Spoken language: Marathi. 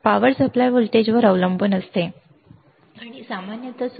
पॉवर सप्लाय व्होल्टेजवर अवलंबून असते आणि सामान्यत सुमारे वजा 13